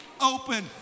open